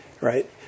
right